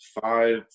five